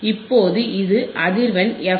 இப்போது இது அதிர்வெண் எஃப்